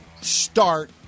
start